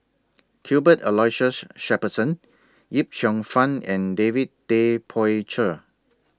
Cuthbert Aloysius Shepherdson Yip Cheong Fun and David Tay Poey Cher